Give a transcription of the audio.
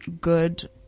Good